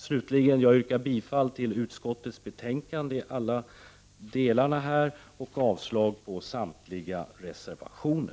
Slutligen yrkar jag bifall till utskottets hemställan i alla delar och avslag på samtliga reservationer.